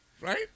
Right